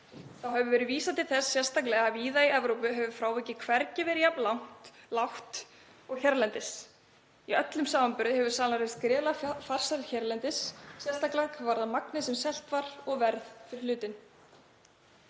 Þá hefur verið vísað til þess sérstaklega að víða í Evrópu hefur frávikið hvergi verið jafn lágt og hérlendis. Í öllum samanburði hefur salan reynst gríðarlega farsæl hérlendis, sérstaklega hvað varðar magnið sem selt var og verð fyrir hlutinn.